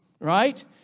Right